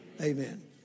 Amen